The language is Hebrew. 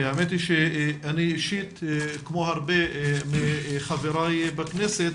האמת היא שאני אישית כמו הרבה מחבריי בכנסת,